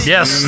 Yes